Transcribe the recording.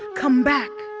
come back,